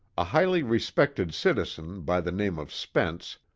a highly respected citizen, by the name of spence,